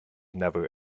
never